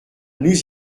nous